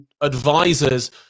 advisors